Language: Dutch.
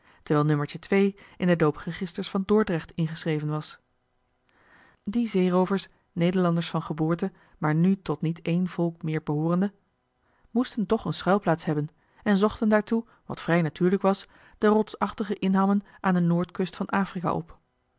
terwijl nummertje twee in de doopregisters van dordrecht ingeschreven was die zeeroovers nederlanders van geboorte maar nu tot niet één volk meer behoorende moesten toch een schuilplaats hebben en zochten daartoe wat vrij natuurlijk was de rotsachtige inhammen aan de noordkust van afrika op